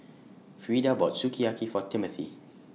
Freeda bought Sukiyaki For Timmothy